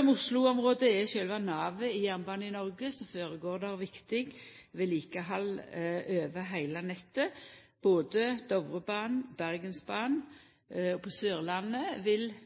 om Oslo-området er sjølve navet i jernbanen i Noreg, føregår det viktig vedlikehald over heile nettet. Både på Dovrebanen, Bergensbanen og på Sørlandet gjev